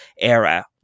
era